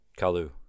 kalu